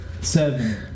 Seven